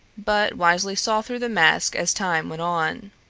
but wisely saw through the mask as time went on.